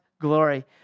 glory